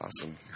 Awesome